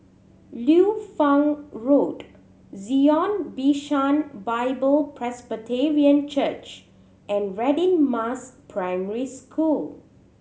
Liu Fang Road Zion Bishan Bible Presbyterian Church and Radin Mas Primary School